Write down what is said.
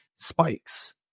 spikes